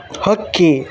ಹಕ್ಕಿ